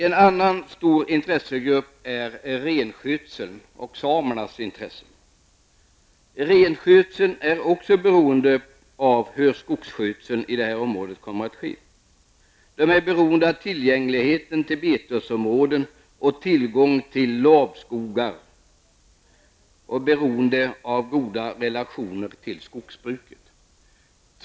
En annan stor intressent är rennäringen och samerna. Renskötseln är också beroende av hur skogsbruket i området kommer att ske. Man är beroende av tillgängligheten till betesområden och tillgång till lavskogar, och man är beroende av att ha goda relationer till skogsbruket.